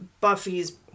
Buffy's